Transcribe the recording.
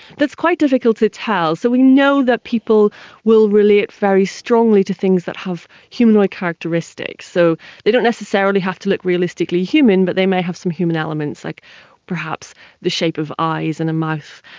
it's quite difficult to tell. so we know that people will relate very strongly to things that have humanoid characteristics. so they don't necessarily have to look realistically human but they may have some human elements, like perhaps the shape of eyes and a mouth.